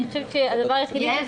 אני חושבת שהדבר היחידי --- יעל,